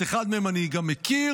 את אחד מהם אני גם מכיר,